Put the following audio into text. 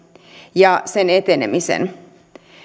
ja sen etenemisen